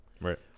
right